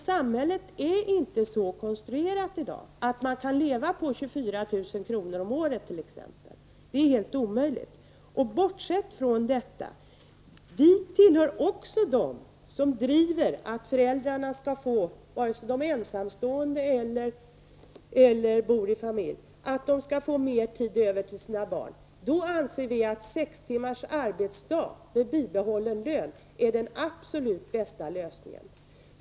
Samhället är inte så konstruerat i dag att man kan leva på 24 000 kr. om året. Det är helt omöjligt. Bortsett från detta tillhör vi också dem som driver kravet att föräldrarna, vare sig de är ensamstående eller bor i familj, skall få mer tid över för sina barn. Där anser vi att sex timmars arbetsdag med bibehållen lön är den absolut bästa lösningen.